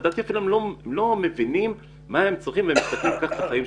ולפעמים אפילו לא מבינים מה הם צריכים וכך הם מקפחים את חייהם.